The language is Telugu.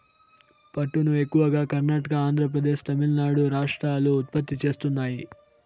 పట్టును ఎక్కువగా కర్ణాటక, ఆంద్రప్రదేశ్, తమిళనాడు రాష్ట్రాలు ఉత్పత్తి చేస్తున్నాయి